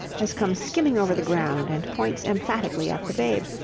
has come skimming over the ground and points emphatically at the babe,